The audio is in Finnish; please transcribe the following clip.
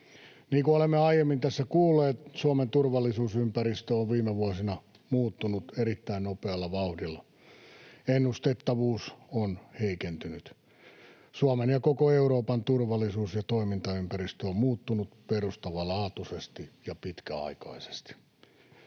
Niin kuin olemme aiemmin tässä kuulleet, Suomen turvallisuusympäristö on viime vuosina muuttunut erittäin nopealla vauhdilla. Ennustettavuus on heikentynyt. Suomen ja koko Euroopan turvallisuus- ja toimintaympäristö on muuttunut perustavanlaatuisesti ja pitkäaikaisesti.